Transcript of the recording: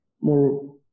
more